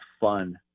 fun